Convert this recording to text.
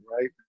right